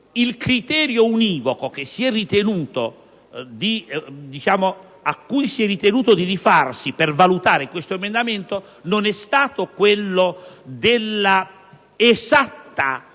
il criterio univoco al quale si è ritenuto di rifarsi per valutare questo emendamento non è stato quello dell'esatta